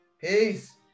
Peace